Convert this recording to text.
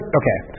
okay